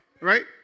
Right